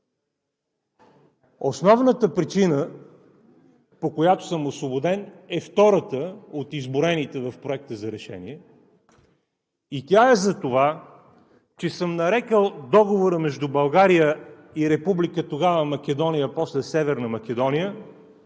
Основната причина, по която съм освободен, е втората от изброените в Проекта за решение, и тя е затова че съм нарекъл договора между България и тогава Република Македония, после Северна Македония,